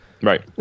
Right